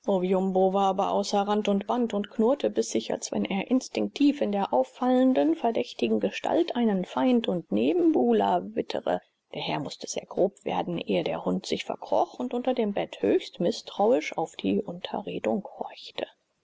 aber außer rand und band und knurrte bissig als wenn er instinktiv in der auffallenden verdächtigen gestalt einen feind und nebenbuhler wittere der herr mußte sehr grob werden ehe der hund sich verkroch und unter dem bett höchst mißtrauisch auf die unterredung horchte